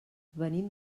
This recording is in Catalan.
venim